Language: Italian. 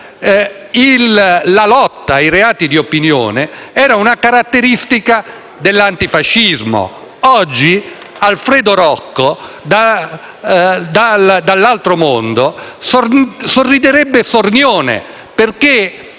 la lotta ai reati di opinione era una caratteristica dell'antifascismo. Oggi Alfredo Rocco, dall'altro mondo, sorriderebbe sornione perché